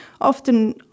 often